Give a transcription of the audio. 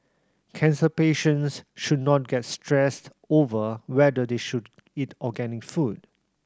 cancer patients should not get stressed over whether they should eat organic food